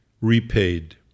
repaid